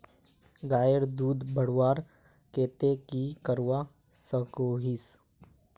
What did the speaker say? गायेर दूध बढ़वार केते की करवा सकोहो ही?